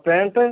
pant